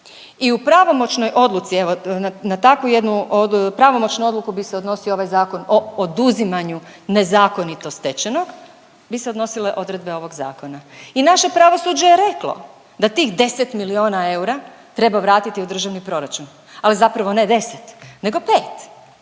i u pravomoćnoj odluci evo na takvu jednu pravomoćnu odluku bi se odnosio ovaj Zakon o oduzimanju nezakonito stečenog bi se odnosile odredbe ovog zakona. I naše pravosuđe je reklo da tih 10 milijona eura treba vratiti u državni proračun, ali zapravo ne 10 nego 5.